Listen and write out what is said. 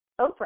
Oprah